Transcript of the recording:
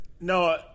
No